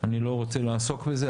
אני לא רוצה לעסוק בזה,